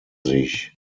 sich